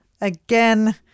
again